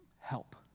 help